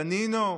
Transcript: דנינו,